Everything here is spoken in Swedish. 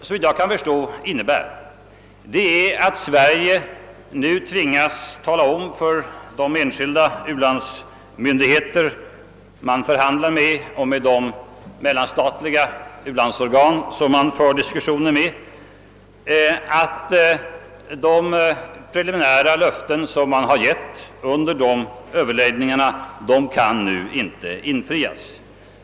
Såvitt jag kan förstå innebär detta, att Sverige nu tvingas meddela både de enskilda u-landsmyndigheter man förhandlar med och de mellanstatliga ulandsorgan som man för diskussioner med, att de preliminära löften som man gett under överläggningar med dem nu inte kan infrias.